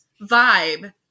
vibe